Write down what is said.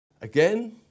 Again